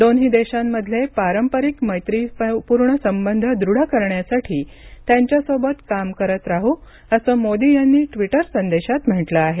दोन्ही देशांमधले पारंपरिक मैत्रीपूर्ण संबंध दृढ करण्यासाठी त्यांच्यासोबत काम करत राहू असं मोदी यांनी ट्विटर संदेशात म्हटलं आहे